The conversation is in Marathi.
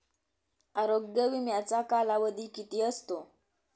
आरोग्य विम्याचा कालावधी किती असतो?